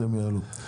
יעלו.